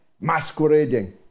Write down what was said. masquerading